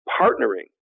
partnering